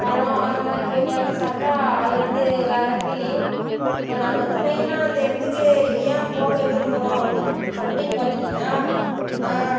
பழம் அந்த மாதிரி போய் பறிச்சு சாப்பிட்டா அது வந்து வேற ஃபீலிங் இப்போது நாங்கள் வந்து மெய்னாக அந்த இடத்துக்கு ஏன் போக விரும்புகிறோம் அப்படின்னு பார்த்துட்டீங்கன்னா நான்